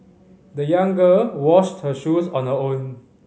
the young girl washed her shoes on her own